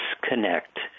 disconnect